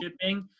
shipping